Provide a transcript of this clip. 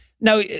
now